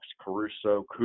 Caruso